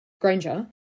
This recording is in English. Granger